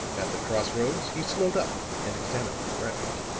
at the cross-roads he slowed up and examined the ground.